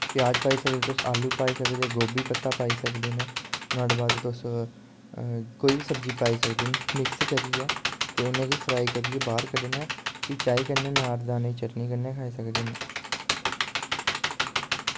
प्याज पाई सकदे आलू पाई सकदे तुस गोभी पता पाई सकदे नुहाड़े बाद किश कोई बी सब्जी पाई सकदे मिक्स करियै ते उ'नें गी फ्राई करियै बाह्र कड्ढना फ्ही चाही कन्नै अनारदाने दी चटनी कन्नै खाई सकदे न